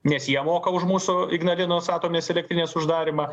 nes jie moka už mūsų ignalinos atominės elektrinės uždarymą